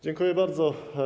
Dziękuję bardzo.